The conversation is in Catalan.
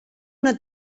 una